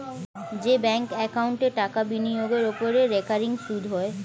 যে ব্যাঙ্ক একাউন্টে টাকা বিনিয়োগের ওপর রেকারিং সুদ হয়